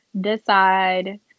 decide